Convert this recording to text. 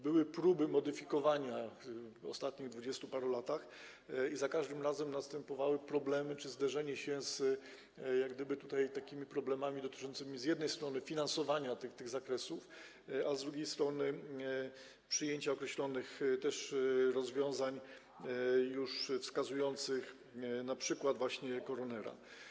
Były próby modyfikowania w ostatnich 20 paru latach i za każdym razem następowały problemy czy zderzenie się z jak gdyby tutaj takimi problemami dotyczącymi z jednej strony finansowania tych zakresów, a z drugiej strony przyjęcia też określonych rozwiązań wskazujących już np. właśnie koronera.